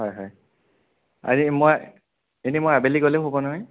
হয় হয় আৰে মই এনেই মই আবেলি গ'লেও হ'ব নহয়